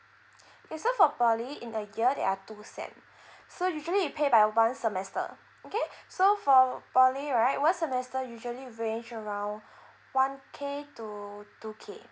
okay so for poly in a year there are two sem~ so usually you pay by one semester okay so for poly right one semester usually range around one K to two K